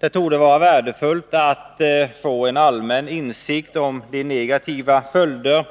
Det torde vara värdefullt att få en allmän insikt om de negativa följder